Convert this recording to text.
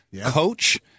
coach